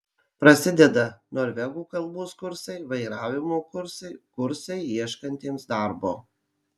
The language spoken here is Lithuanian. prasideda norvegų kalbos kursai vairavimo kursai kursai ieškantiems darbo